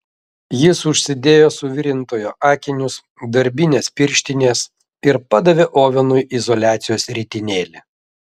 jis užsidėjo suvirintojo akinius darbines pirštines ir padavė ovenui izoliacijos ritinėlį